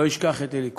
לא ישכח את אלי כהן.